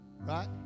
Right